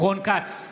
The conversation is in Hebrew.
רון כץ,